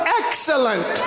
excellent